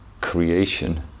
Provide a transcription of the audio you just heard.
creation